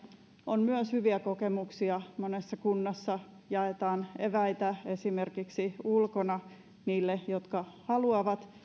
on myös hyviä kokemuksia monessa kunnassa jaetaan eväitä esimerkiksi ulkona heille jotka haluavat